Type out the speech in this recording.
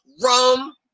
rum